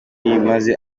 maze